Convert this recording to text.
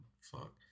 fuck